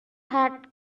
had